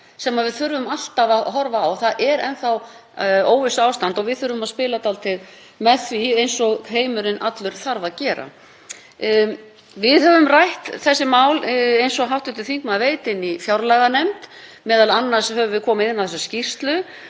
sem við þurfum alltaf að horfa til, það er enn óvissuástand og við þurfum að spila dálítið með því eins og heimurinn allur þarf að gera. Við höfum rætt þessi mál, eins og hv. þingmaður veit, í fjárlaganefnd. Meðal annars höfum við komið inn á þessa skýrslu